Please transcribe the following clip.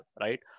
right